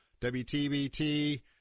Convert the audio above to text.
WTBT